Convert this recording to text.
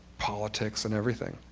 politics and everything.